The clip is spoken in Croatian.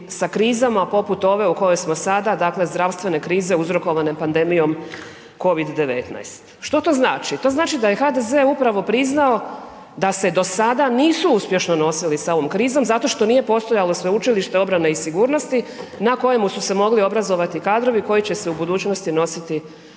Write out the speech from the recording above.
sa krizama poput ove u kojoj smo sada, dakle zdravstvene krize uzrokovane pandemijom COVID-19. Što to znači? To znači da je HDZ upravo priznao da se do sada nisu uspješno nosili sa ovom krizom zato što nije postojalo Sveučilišta obrane i sigurnosti na kojemu su se mogli obrazovati kadrovi koji će se u budućnosti nositi sa